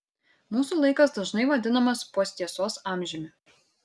mūsų laikas dažnai vadinamas posttiesos amžiumi